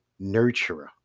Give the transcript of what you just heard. nurturer